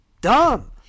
dumb